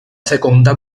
seconda